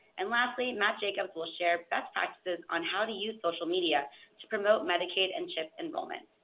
and lastly, matt jacob will share best practices on how to use social media to promote medicaid and chip enrollment.